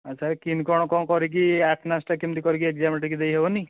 sir କେମିତି କ'ଣ କ'ଣ କରିକି ଆଟନ୍ଡ଼ାନ୍ସଟା କେମିତି କରିକି ଏକ୍ସାମ୍ରେ ଟିକିଏ ଦେଇ ହେବନି